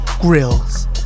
Grills